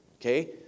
okay